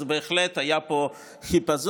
אז בהחלט היה פה חיפזון,